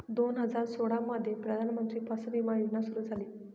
दोन हजार सोळामध्ये प्रधानमंत्री फसल विमा योजना सुरू झाली